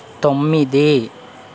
తొమ్మిది